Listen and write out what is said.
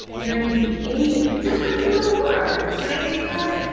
ninety eight, just a few more! ninety nine,